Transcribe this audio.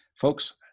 Folks